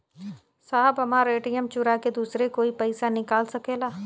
साहब हमार ए.टी.एम चूरा के दूसर कोई पैसा निकाल सकेला?